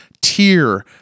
tier